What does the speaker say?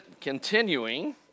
continuing